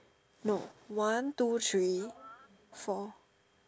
no one two three four